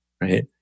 right